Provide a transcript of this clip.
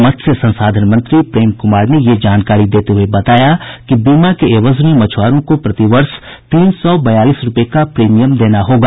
मत्स्य संसाधन मंत्री प्रेम कुमार ने यह जानकारी देते हुए बताया कि बीमा के एवज में मछुआरों को प्रति वर्ष तीन सौ बयालीस रूपये का प्रीमियम देना होगा